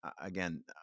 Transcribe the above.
again